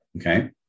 okay